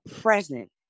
present